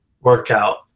workout